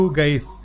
guys